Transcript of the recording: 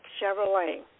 Chevrolet